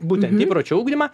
būtent įpročių ugdymą